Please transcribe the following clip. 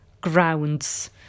grounds